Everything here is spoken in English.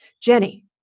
Jenny